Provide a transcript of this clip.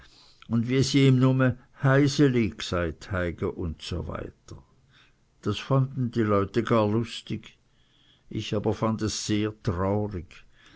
u wie si ihm nume häiseli gseit heige usw das fanden die leute gar lustig ich aber fand es sehr traurig